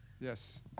Yes